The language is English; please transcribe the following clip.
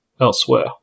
elsewhere